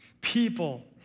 people